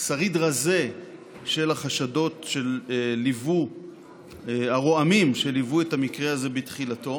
שריד רזה של החשדות הרועמים שליוו את המקרה הזה בתחילתו.